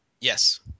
Yes